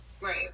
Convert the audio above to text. Right